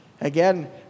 Again